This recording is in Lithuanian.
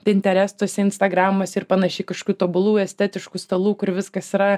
pinterestuose instagramuose ir panašiai kažkokių tobulų estetiškų stalų kur viskas yra